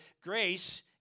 grace